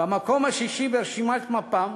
במקום השישי ברשימת מפ"ם,